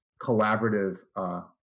collaborative